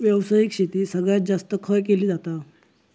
व्यावसायिक शेती सगळ्यात जास्त खय केली जाता?